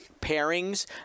pairings